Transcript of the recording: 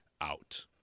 out